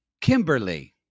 Kimberly